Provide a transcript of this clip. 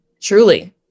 truly